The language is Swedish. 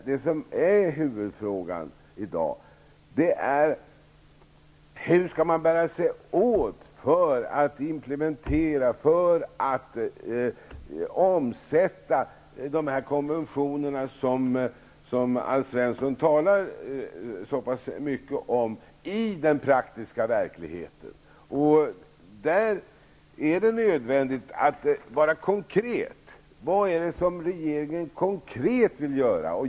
Det som är huvudfrågan i dag är: Hur skall man bära sig åt för att omsätta de här konventionerna, som Alf Svensson talar så mycket om, i den praktiska verkligheten? Där är det nödvändigt att vara konkret. Vad är det konkret som regeringen vill göra?